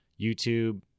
youtube